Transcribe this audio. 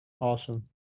Awesome